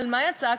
על מה יצא הקצף?